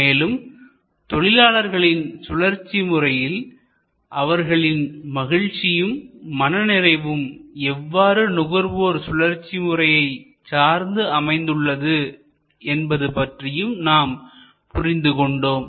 மேலும் தொழிலாளர்களின் சுழற்சி முறையில் அவர்களின் மகிழ்ச்சியும் மனநிறைவும் எவ்வாறு நுகர்வோர் சுழற்சிமுறையை சார்ந்து அமைந்துள்ளது என்பது பற்றியும் நாம் புரிந்து கொண்டோம்